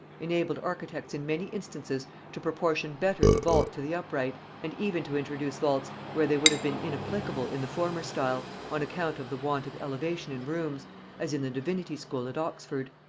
enabled architects in many instances to proportion better the vault to the upright, and even to introduce vaults where they would have been inapplicable in the former style, on account of the want of elevation in rooms as in the divinity school at oxford.